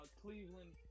Cleveland